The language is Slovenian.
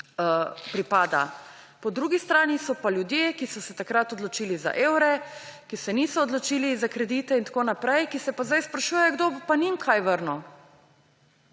pripada. Po drugi strani so pa ljudje, ki so se takrat odločili za evre, ki se niso odločili za kredite in tako naprej, ki se pa zdaj sprašujejo, kdo bo pa njim kaj vrnil.